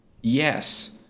Yes